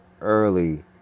early